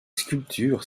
sculptures